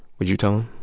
would you tell them?